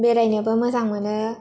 बेरायनोबो मोजां मोनो